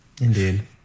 Indeed